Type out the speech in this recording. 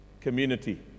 community